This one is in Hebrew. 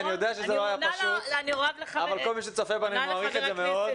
אני יודע שזה לא היה פשוט אבל כל מי שצופה בנו מעריך את זה מאוד.